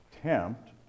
tempt